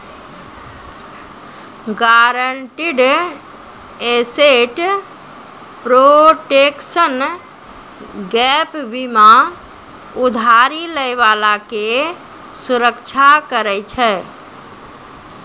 guaranteed asset protection gap बीमा उधारी लै बाला के सुरक्षा करै छै